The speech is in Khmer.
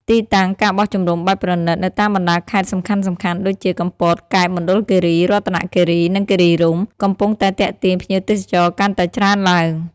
ទីតាំង ការបោះជំរំបែបប្រណីត នៅតាមបណ្តាខេត្តសំខាន់ៗដូចជា កំពត កែប មណ្ឌលគិរី រតនគិរី និងគិរីរម្យ កំពុងតែទាក់ទាញភ្ញៀវទេសចរកាន់តែច្រើនឡើង។